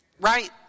right